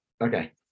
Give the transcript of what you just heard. Okay